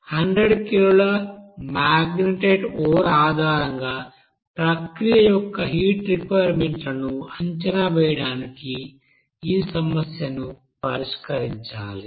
100 కిలోల magnetite ore ఆధారంగా ప్రక్రియ యొక్క హీట్ రిక్విర్మెంట్ లను అంచనా వేయడానికి ఈ సమస్యను పరిష్కరించాలి